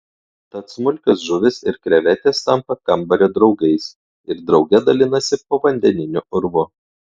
tad smulkios žuvys ir krevetės tampa kambario draugais ir drauge dalinasi povandeniniu urvu